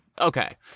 Okay